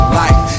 life